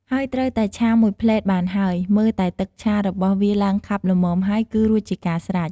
ហើយត្រូវតែឆាមួយភ្លេតបានហើយ មើលតែទឹកឆារបស់វាឡើងខាប់ល្មមហើយគឺរួចជាការស្រេច។